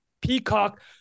Peacock